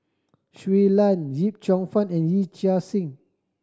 Shui Lan Yip Cheong Fun and Yee Chia Hsing